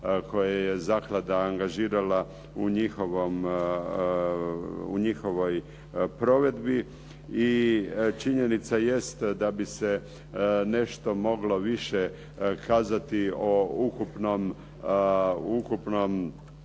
koje je zaklada angažirala u njihovoj provedbi i činjenica jest da bi se nešto moglo više kazati o ukupnom